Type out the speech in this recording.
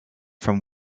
from